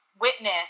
witness